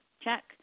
Check